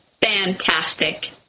fantastic